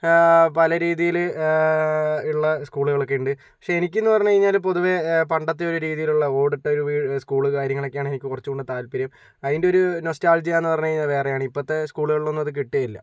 പല രീതിയില് ഉള്ള സ്കൂളുകളൊക്കെ ഉണ്ട് പക്ഷെ എനിക്കെന്ന് പറഞ്ഞ് കഴിഞ്ഞാല് പൊതുവെ പണ്ടത്തെ ഒരു രീതിയിലുള്ള ഓടിട്ടൊരു സ്കൂള് കാര്യങ്ങളൊക്കെയാണ് എനിക്ക് കുറച്ച് കൂടി താത്പര്യം അതിൻ്റെയൊരു നോൾസ്റ്റാജിയയെന്ന് പറഞ്ഞ് കഴിഞ്ഞാൽ വേറെയാണ് ഇപ്പോഴത്തെ സ്കൂളുകളിലൊന്നും അത് കിട്ടുകയേ ഇല്ല